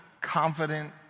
confident